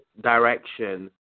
direction